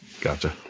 Gotcha